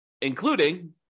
including